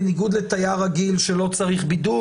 בניגוד לתייר רגיל שלא צריך בידוד,